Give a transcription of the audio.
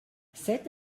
sept